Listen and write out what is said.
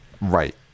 Right